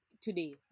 today